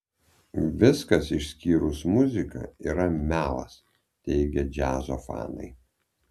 viskas išskyrus muziką yra melas teigia džiazo fanai